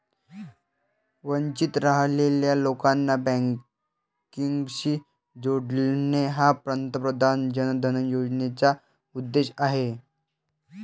वंचित राहिलेल्या लोकांना बँकिंगशी जोडणे हा प्रधानमंत्री जन धन योजनेचा उद्देश आहे